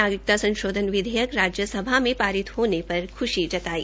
नागरिकता संशोधन विधेयक राज्य सभा में पारित होने पर ख्शी जताई